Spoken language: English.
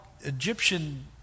Egyptian